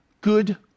good